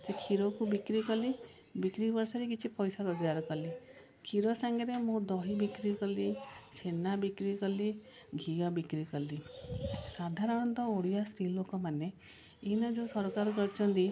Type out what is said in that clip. ସେ କ୍ଷୀରକୁ ବିକ୍ରି କଲି ବିକ୍ରି କରିସାରି କିଛି ପଇସା ରୋଜଗାର କଲି କ୍ଷୀର ସାଙ୍ଗରେ ମୁଁ ଦହି ବିକ୍ରି କଲି ଛେନା ବିକ୍ରି କଲି ଘିଅ ବିକ୍ରି କଲି ସାଧାରଣତଃ ଓଡ଼ିଆ ସ୍ତ୍ରୀ ଲୋକମାନେ ଏଇନା ଯେଉଁ ସରକାର କରିଛନ୍ତି